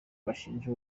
bashinja